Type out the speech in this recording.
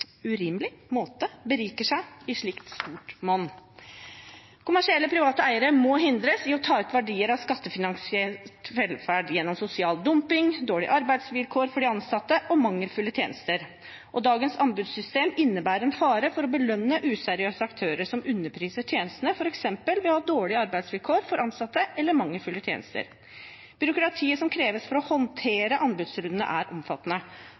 urimelig måte beriker seg i slikt stort monn. Kommersielle private eiere må hindres i å ta ut verdier av skattefinansiert velferd gjennom sosial dumping, dårlige arbeidsvilkår for de ansatte og mangelfulle tjenester. Dagens anbudssystem innebærer en fare for å belønne useriøse aktører som underpriser tjenestene, f.eks. ved å ha dårlige arbeidsvilkår for ansatte eller mangelfulle tjenester. Byråkratiet som kreves for å håndtere anbudsrundene, er omfattende.